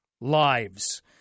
lives